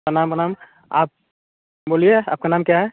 प्रणाम प्रणाम आप बोलिए आपका नाम क्या है